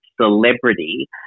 celebrity